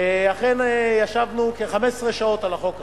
אכן, ישבנו כ-15 שעות על החוק הזה,